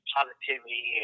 positivity